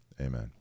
Amen